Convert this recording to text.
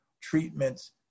treatments